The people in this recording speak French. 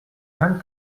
vingt